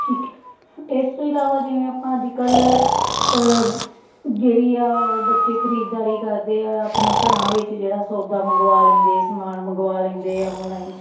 ਠੀਕ ਹੈ ਇਸ ਤੋਂ ਇਲਾਵਾ ਜਿਵੇਂ ਆਪਾਂ ਅੱਜ ਕੱਲ੍ਹ ਜਿਹੜੀ ਆ ਉਹ ਬੱਚੇ ਖਰੀਦਦਾਰੀ ਕਰਦੇ ਆ ਆਪਣੇ ਘਰਾਂ ਵਿੱਚ ਜਿਹੜਾ ਸੌਦਾ ਮੰਗਵਾ ਲੈਂਦੇ ਸਮਾਨ ਮੰਗਵਾ ਲੈਂਦੇ ਆ ਔਨਲਾਈਨ